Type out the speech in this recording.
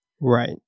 right